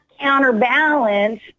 counterbalance